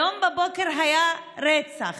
היום בבוקר היה רצח.